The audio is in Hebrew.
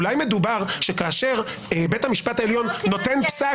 אולי מדובר שכאשר בית משפט העליון נותן פסק